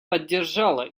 поддержала